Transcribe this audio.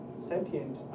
Sentient